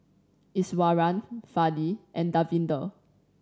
Iswaran Fali and Davinder